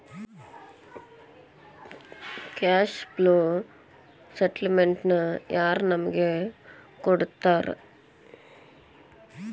Cash flow ಸ್ಟೆಟಮೆನ್ಟನ ಯಾರ್ ನಮಗ್ ಕೊಡ್ತಾರ?